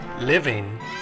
living